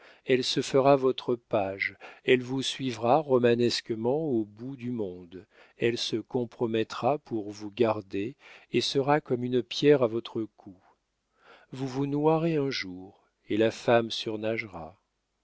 elle se fera votre page elle vous suivra romanesquement au bout du monde elle se compromettra pour vous garder et sera comme une pierre à votre cou vous vous noierez un jour et la femme surnagera